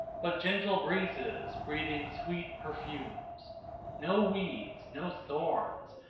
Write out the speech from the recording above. but gentle breezes breathing sweet perfumes no weeds, no thorns,